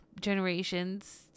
generations